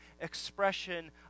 expression